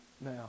now